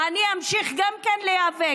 ואני אמשיך גם כן להיאבק,